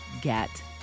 get